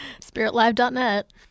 SpiritLive.net